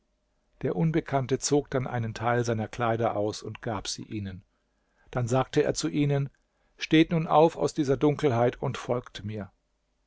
der unbekannte zog dann einen teil seiner kleider aus und gab sie ihnen dann sagte er zu ihnen steht nun auf aus dieser dunkelheit und folgt mir